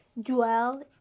dwell